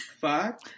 fuck